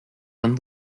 dann